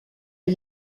est